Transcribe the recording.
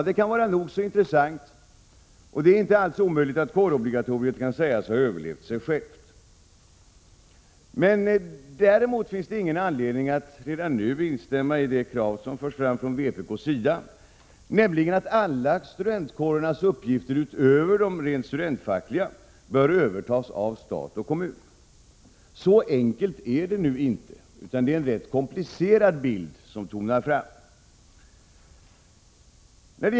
Det kan vara nog så intressant, och det är inte alls omöjligt att kårobligatoriet kan sägas ha överlevt sig självt. Däremot finns det ingen anledning att redan nu instämma i det krav som förs fram från vpk:s sida på att alla studentkårens uppgifter utöver de rent studentfackliga skall övertas av stat och kommun. Så enkelt är det inte, utan det är en rätt komplicerad bild som tonar fram.